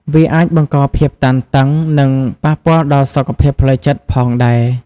វាអាចបង្កភាពតានតឹង និងប៉ះពាល់ដល់សុខភាពផ្លូវចិត្តផងដែរ។